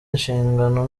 inshingano